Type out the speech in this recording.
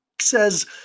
says